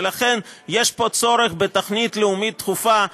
ולכן יש פה צורך בתוכנית לאומית דחופה,